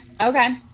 Okay